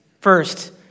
first